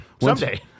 Someday